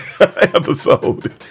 episode